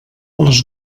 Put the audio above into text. les